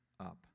up